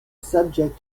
subject